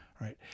right